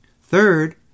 Third